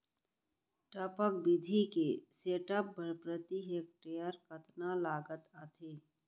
टपक विधि के सेटअप बर प्रति हेक्टेयर कतना लागत आथे?